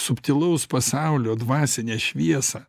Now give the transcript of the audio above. subtilaus pasaulio dvasinę šviesą